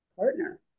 partner